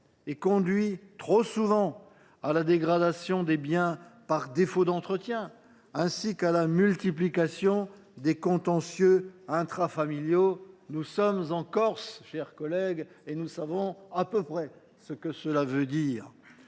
et conduit, trop souvent, à la dégradation des biens par défaut d’entretien ainsi qu’à la multiplication des contentieux intrafamiliaux. Nous sommes en Corse, chers collègues, et nous savons à peu près ce que cela signifie